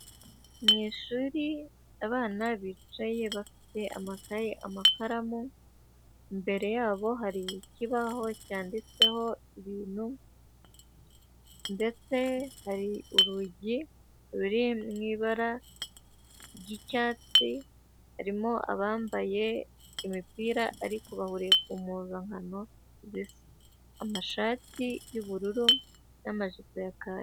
Mu ishuri abana bicaye bafite amakaye, amakaramu; imbere yabo hari ikibaho cyanditseho ibintu, ndetse hari urugi ruri mu ibara ry'icyatsi; harimo abambaye imipira ariko bahuriye ku mpuzankano zisa, amashati y'ubururu n'amajipo ya kaki.